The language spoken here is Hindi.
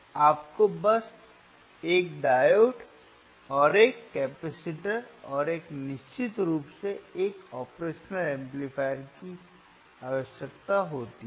आपको बस 1 डायोड और एक कैपेसिटर और निश्चित रूप से एक ऑपरेशनल एम्पलीफायर की आवश्यकता होती है